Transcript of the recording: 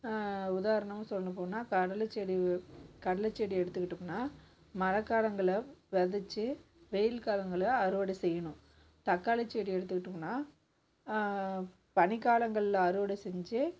உதாரணன்னு சொல்லப்போனால் கடலைச்செடி கடலைச்செடி எடுத்துக்கிட்டம்னால் மழைக்காலங்கள்ல விதச்சி வெயில் காலங்கள்ல அறுவடை செய்யணும் தக்காளி செடி எடுத்துக்கிட்டோம்னா பனிக்காலங்கள்ல அறுவடை செஞ்சு